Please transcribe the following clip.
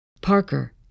Parker